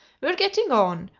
we're getting on!